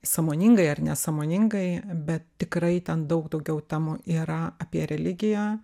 sąmoningai ar nesąmoningai bet tikrai ten daug daugiau temų yra apie religiją